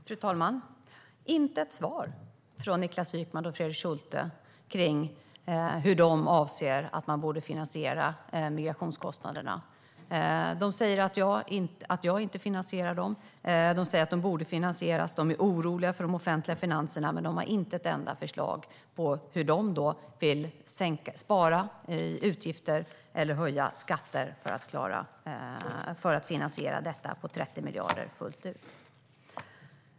Fru talman! Jag får inte ett enda svar från Niklas Wykman och Fredrik Schulte på frågan hur de anser att man borde finansiera migrationskostnaderna. De säger att jag inte finansierar dem, och de säger att de borde finansieras. De är oroliga för de offentliga finanserna. Men de har inte ett enda förslag på hur de vill sänka utgifter eller höja skatter för att finansiera detta på 30 miljarder fullt ut.